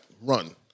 run